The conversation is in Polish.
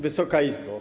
Wysoka Izbo!